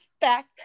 back